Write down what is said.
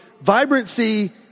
vibrancy